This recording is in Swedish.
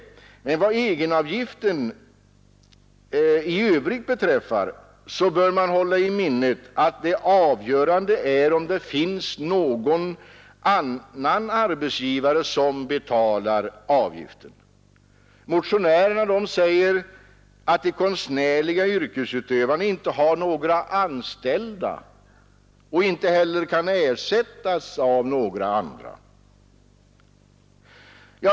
Men vad egenavgiften i övrigt beträffar bör man hålla i minnet att det avgörande är om det finns någon annan arbetsgivare som betalar avgiften. Motionärerna pekar på att de konstnärliga yrkesutövarna inte har några anställda och inte heller kan ersättas av några andra.